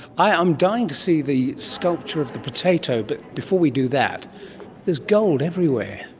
i'm dying to see the sculpture of the potato, but before we do that there's gold everywhere.